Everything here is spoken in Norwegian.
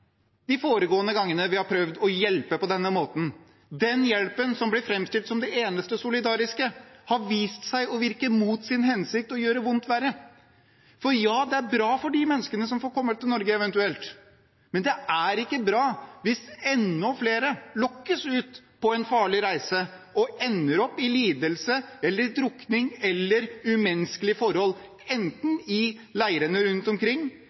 de foregående gangene vi har prøvd å hjelpe på denne måten. Den hjelpen som blir framstilt som den eneste solidariske, har vist seg å virke mot sin hensikt og gjøre vondt verre. Det er bra for de menneskene som eventuelt får komme til Norge, men det er ikke bra hvis enda flere lokkes ut på en farlig reise og ender opp i lidelse, drukning eller umenneskelige forhold enten i leirene rundt omkring